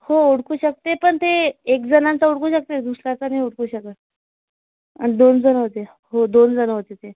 हो ओळखू शकते पण ते एकजण तर ओळखू शकते दुसरा तर नाही ओळखू शकत आणि दोन जणं होते हो दोन जणं होते ते